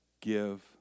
give